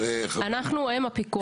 אנחנו, הם הפיקוח.